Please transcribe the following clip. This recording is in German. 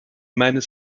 meines